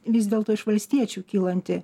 vis dėlto iš valstiečių kylanti